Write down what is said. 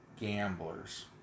gamblers